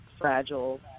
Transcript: fragile